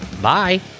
Bye